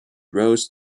rose